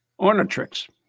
Ornatrix